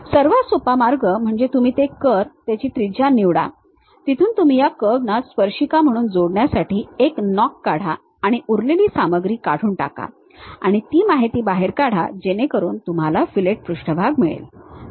सर्वात सोपा मार्ग म्हणजे तुम्ही कर्व तेची त्रिज्या निवडा तिथून तुम्ही या कर्वना स्पर्शिका म्हणून जोडण्यासाठी एक नॉक काढा आणि उरलेली सामग्री काढून टाका आणि ती माहिती बाहेर काढा जेणेकरून तुम्हाला फिलेट पृष्ठभाग मिळेल